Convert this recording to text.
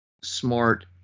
smart